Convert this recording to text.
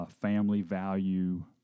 family-value